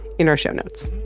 in our show notes